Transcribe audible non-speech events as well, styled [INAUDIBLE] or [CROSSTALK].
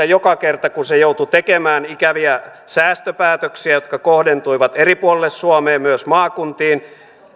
[UNINTELLIGIBLE] joka kerta kun hallitus joutui tekemään ikäviä säästöpäätöksiä jotka kohdentuivat eri puolille suomea myös maakuntiin